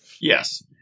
Yes